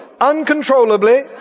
uncontrollably